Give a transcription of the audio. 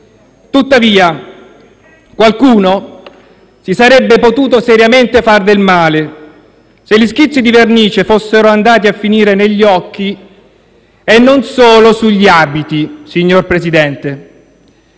Tuttavia, qualcuno si sarebbe potuto seriamente fare del male se gli schizzi di vernice fossero andati a finire negli occhi e non solo sugli abiti. Ciò che